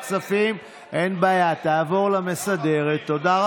את החרדים, את כל הגברים שבכנסת ישראל.